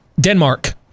Denmark